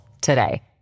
today